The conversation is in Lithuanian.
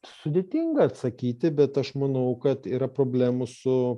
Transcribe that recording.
sudėtinga atsakyti bet aš manau kad yra problemų su